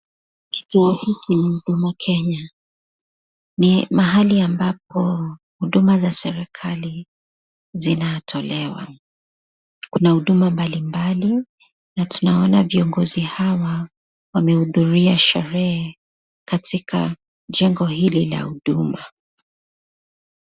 Kituo hiki ni huduma kenya. Ni mahali ambapo huduma za serekali zinatolewa. Kuna huduma mbalimbali na tunaona viongozi hawa wanahudhuria sherehe katika jengo hili la huduma.